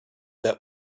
that